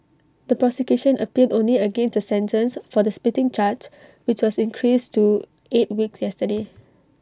the prosecution appealed only against the sentence for the spitting charge which was increased to eight weeks yesterday